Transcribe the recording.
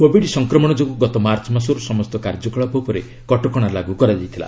Covid ସଂକ୍ରମଣ ଯୋଗୁଁ ଗତ ମାର୍ଚ୍ଚ ମାସରୁ ସମସ୍ତ କାର୍ଯ୍ୟକଳାପ ଉପରେ କଟକଣା ଲାଗୁ କରାଯାଇଥିଲା